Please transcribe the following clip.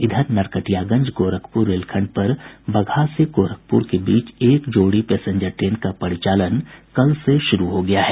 इधर नरकटियागंज गोरखपुर रेलखंड पर बगहा से गोरखपुर के बीच एक जोड़ी पैसेंजर ट्रेन का परिचालन कल से शुरू हो गया है